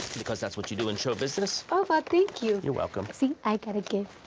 cause that's what you do in show business. oh, wow thank you. you're welcome. see, i got a gift.